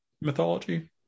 Mythology